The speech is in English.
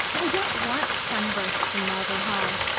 i don't want sunbursts and marble halls.